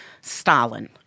Stalin